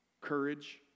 courage